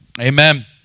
Amen